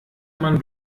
man